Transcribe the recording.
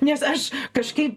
nes aš kažkaip